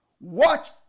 watch